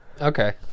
Okay